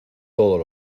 todos